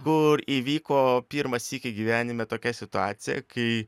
kur įvyko pirmą sykį gyvenime tokia situacija kai